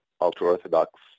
ultra-Orthodox